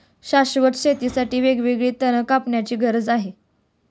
शाश्वत शेतीसाठी वेळोवेळी तण कापण्याची गरज आहे